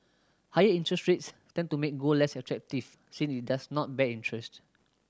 higher interest rates tend to make gold less attractive since it does not bear interest